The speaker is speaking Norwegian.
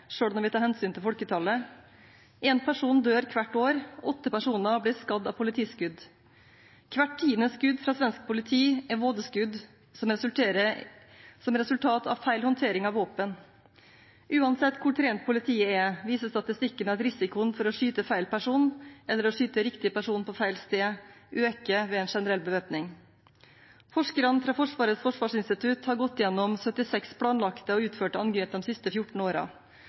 når vi tar hensyn til folketallet. En person dør hvert år, og åtte personer blir skadd av politiskudd. Hvert tiende skudd fra svensk politi er vådeskudd som resultat av feil håndtering av våpen. Uansett hvor trent politiet er, viser statistikken at risikoen for å skyte feil person, eller å skyte riktig person på feil sted, øker ved en generell bevæpning. Forskere fra Forsvarets forskningsinstitutt har gått gjennom 76 planlagte og utførte angrep de siste 14